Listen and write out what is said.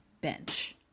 bench